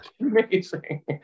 Amazing